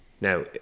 Now